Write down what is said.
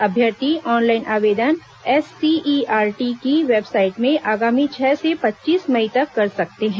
अभ्यर्थी ऑनलाइन आवेदन एससीईआरटी की वेबसाइट में आगामी छह से पच्चीस मई तक कर सकते हैं